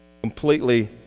completely